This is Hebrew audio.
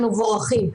והם מבורכים.